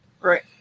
Right